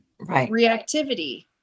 reactivity